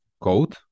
code